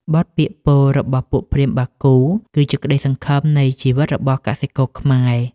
បទពោលរបស់ពួកព្រាហ្មណ៍បាគូ គឺជាក្ដីសង្ឈឹមនៃជីវិតរបស់កសិករខ្មែរ។